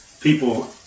people